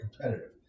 competitive